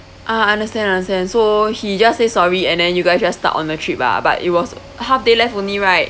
ah understand understand so he just say sorry and then you guys you just stuck on the trip ah but it was half day left only right